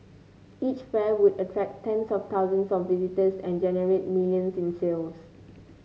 each fair would attract tens of thousands of visitors and generate millions in sales